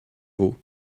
vaux